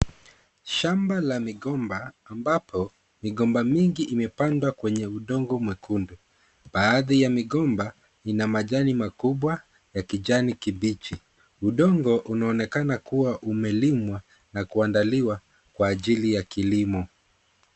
Shamba la migomba ambapo migomba mingi imepandwa kwenye udongo mwekundu. Baadhi ya migomba ina majani makubwa ya kijani kibichi. Udongo unaonekana kuwa umelimwa na kuandaliwa kwa ajili ya kilimo.